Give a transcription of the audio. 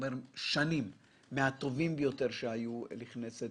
הטובים ביותר שהיו בכנסת